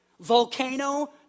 volcano